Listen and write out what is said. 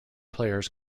players